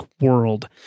world